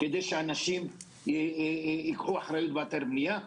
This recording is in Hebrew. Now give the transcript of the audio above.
כדי שאנשים ייקחו אחריות באתר בנייה.